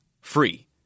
free